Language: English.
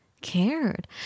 cared